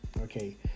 Okay